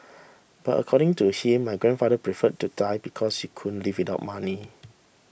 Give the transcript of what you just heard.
but according to him my grandfather preferred to die because he couldn't live without money